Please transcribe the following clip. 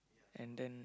and then